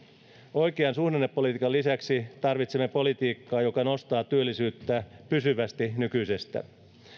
oikean suunnan ja politiikan lisäksi tarvitsemme politiikkaa joka nostaa työllisyyttä pysyvästi nykyisestä